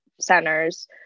centers